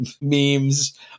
memes